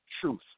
truth